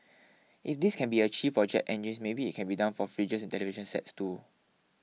if this can be achieved for jet engines maybe it can be done for fridges and television sets too